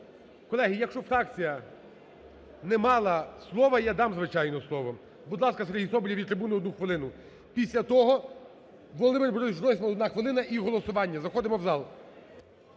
Колеги, якщо фракція не мала слова, я дам, звичайно, слово. Будь ласка, Сергій Соболєв від трибуни, 1 хвилина. Після того Володимир Борисович Гройсман, 1 хвилина, і голосування. Заходимо в зал.